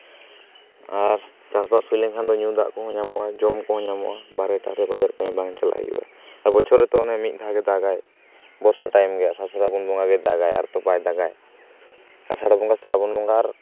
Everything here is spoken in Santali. ᱟᱨ ᱪᱟᱥᱼᱵᱟᱥ ᱦᱩᱭ ᱞᱮᱱᱠᱷᱟᱱ ᱫᱚ ᱧᱩ ᱫᱟᱜ ᱠᱚᱦᱚᱸ ᱧᱟᱢᱚᱜᱼᱟ ᱡᱚᱢ ᱠᱚᱦᱚᱸ ᱧᱟᱢᱚᱜᱼᱟ ᱵᱟᱨᱦᱮ ᱮᱴᱟᱜ ᱥᱮᱱ ᱵᱟᱡᱟᱨ ᱠᱟᱹᱢᱤ ᱵᱟᱝ ᱪᱟᱞᱟᱜ ᱦᱩᱭᱩᱜᱼᱟ ᱟᱨ ᱵᱚᱪᱷᱚᱨ ᱨᱮᱛᱚ ᱚᱱᱮ ᱢᱤᱫ ᱫᱷᱟᱣ ᱜᱮᱭ ᱫᱟᱜᱟᱭ ᱵᱚᱨᱥᱟ ᱴᱟᱭᱤᱢ ᱜᱮ ᱟᱥᱟᱲ ᱥᱨᱟᱵᱚᱱ ᱵᱚᱸᱜᱟ ᱜᱮ ᱫᱟᱜᱟᱭ ᱟᱨᱛᱚ ᱵᱟᱝ ᱫᱟᱜᱟᱭ ᱟᱥᱟᱲ ᱵᱚᱸᱜᱟ ᱥᱨᱟᱵᱚᱱ ᱵᱚᱸᱜᱟ ᱟᱨ